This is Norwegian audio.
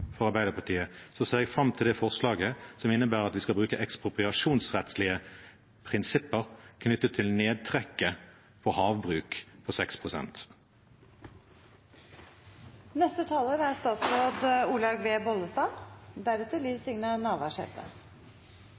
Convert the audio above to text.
for Arbeiderpartiet, ser jeg fram til det forslaget som innebærer at vi skal bruke ekspropriasjonsrettslige prinsipper knyttet til nedtrekket på havbruk, på